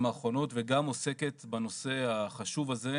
האחרונות וגם עוסקת בנושא החשוב הזה,